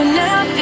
now